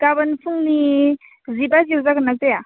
गाबोन फुंनि जि बाजियाव जागोनना जाया